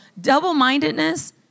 double-mindedness